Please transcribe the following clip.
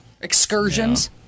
excursions